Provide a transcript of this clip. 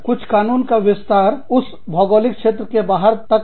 कुछ कानून का विस्तार उस भौगोलिक क्षेत्र से बाहर तक है